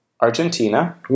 Argentina